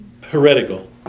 Heretical